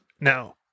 Now